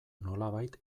nolabait